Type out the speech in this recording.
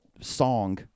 song